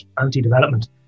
anti-development